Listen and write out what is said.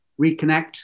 reconnect